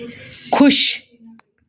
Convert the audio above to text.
खुश